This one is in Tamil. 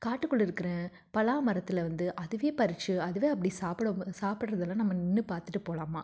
காட்டுக்குள்ளே இருக்கிற பலாமரத்தில் வந்து அதுவே பறித்து அதுவே அப்படி சாப்பிடும் போது சாப்பிட்றது எல்லாம் நம்ம நின்றுப் பார்த்துட்டு போகலாமாம்